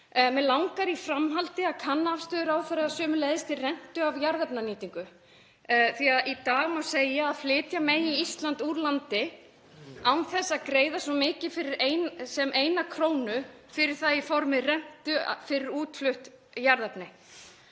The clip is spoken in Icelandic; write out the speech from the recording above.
Mig langar í framhaldinu að kanna afstöðu ráðherra til rentu af jarðefnanýtingu því að í dag má segja að flytja megi Ísland úr landi án þess að greiða svo mikið sem 1 kr. fyrir það í formi rentu fyrir útflutt jarðefni.